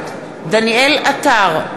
נוכחת דניאל עטר,